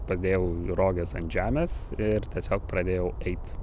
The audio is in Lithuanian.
padėjau roges ant žemės ir tiesiog pradėjau eit